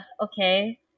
okay